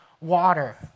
water